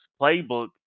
playbook